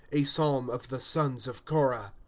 a psalm of the sons of korah.